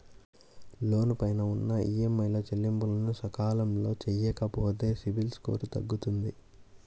లోను పైన ఉన్న ఈఎంఐల చెల్లింపులను సకాలంలో చెయ్యకపోతే సిబిల్ స్కోరు తగ్గుతుంది